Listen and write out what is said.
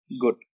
good